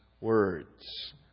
words